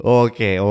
okay